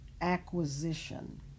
acquisition